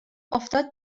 افتاد